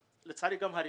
לצערי, של הריסה.